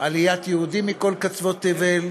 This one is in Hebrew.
את עליית יהודים מכל קצוות תבל,